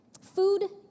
Food